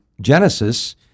Genesis